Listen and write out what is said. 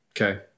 okay